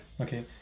Okay